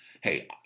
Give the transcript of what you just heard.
Hey